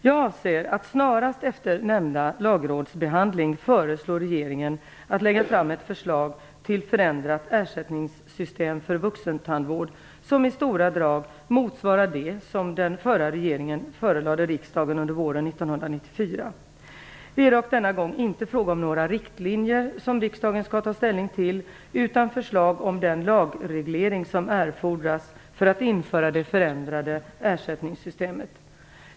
Jag avser att snarast efter nämnda lagrådsbehandling föreslå regeringen att lägga fram ett förslag till förändrat ersättningssystem för vuxentandvård som i stora drag motsvarar det som den förra regeringen förelade riksdagen under våren 1994. Det är dock denna gång inte fråga om några riktlinjer som riksdagen skall ta ställning till utan om förslag om den lagreglering som erfordras för att införa det förändrade ersättningssystemet.